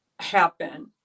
happen